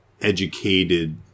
educated